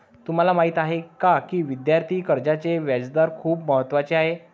तुम्हाला माहीत आहे का की विद्यार्थी कर्जाचे व्याजदर खूप महत्त्वाचे आहेत?